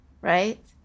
right